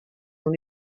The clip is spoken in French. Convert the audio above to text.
dans